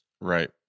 right